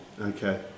Okay